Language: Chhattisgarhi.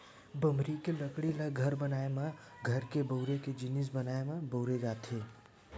बमरी के लकड़ी ल घर बनाए म, घर के बउरे के जिनिस बनाए म बउरे जाथे